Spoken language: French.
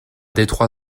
détroit